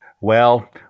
Well